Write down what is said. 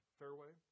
fairway